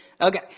Okay